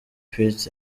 pitt